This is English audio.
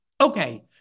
Okay